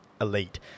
elite